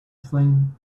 flame